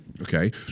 okay